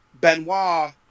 Benoit